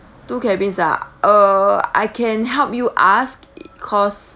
two cabins ah uh I can help you ask cause